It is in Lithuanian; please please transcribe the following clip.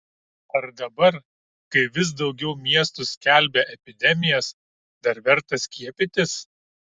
ar dabar kai vis daugiau miestų skelbia epidemijas dar verta skiepytis